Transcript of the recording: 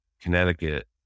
Connecticut